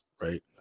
right